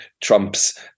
Trump's